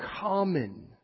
common